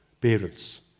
parents